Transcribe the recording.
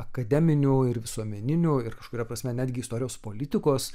akademiniu ir visuomeniniu ir kažkuria prasme netgi istorijos politikos